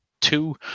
two